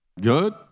Good